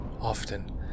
often